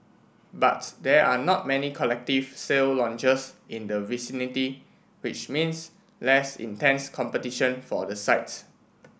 but there are not many collective sale launches in the vicinity which means less intense competition for the site